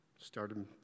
started